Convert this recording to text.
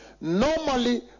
normally